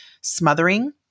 smothering